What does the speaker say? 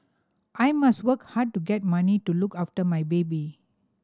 I must work hard to get money to look after my baby